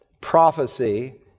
prophecy